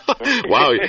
Wow